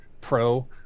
pro